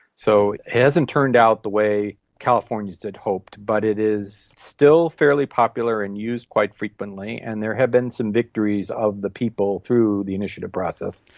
so it hasn't turned out the way californians had hoped, but it is still fairly popular and used quite frequently, and there have been some victories of the people through the initiative process.